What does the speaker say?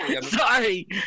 Sorry